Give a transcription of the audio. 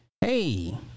hey